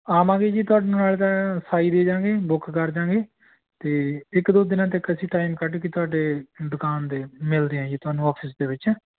ਆਵਾਂਗੇ ਜੀ ਤੁਹਾਡੇ ਨਾਲ ਤਾਂ ਸਾਈ ਦੇ ਜਾਂਗੇ ਬੁੱਕ ਕਰ ਜਾਂਗੇ ਅਤੇ ਇੱਕ ਦੋ ਦਿਨਾਂ ਤੱਕ ਅਸੀਂ ਟਾਈਮ ਕੱਢ ਕੇ ਤੁਹਾਡੇ ਦੁਕਾਨ ਦੇ ਮਿਲਦੇ ਹਾਂ ਜੀ ਤੁਹਾਨੂੰ ਔਫਿਸ ਦੇ ਵਿੱਚ